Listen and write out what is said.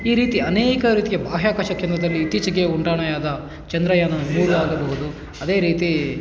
ಈ ರೀತಿ ಅನೇಕ ರೀತಿಯ ಬಾಹ್ಯಾಕಾಶ ಕೇಂದ್ರದಲ್ಲಿ ಇತ್ತೀಚಿಗೆ ಉಡಾಣೆಯಾದ ಚಂದ್ರಯಾನ ಮೂರು ಆಗಬಹುದು ಅದೇ ರೀತಿ